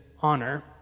honor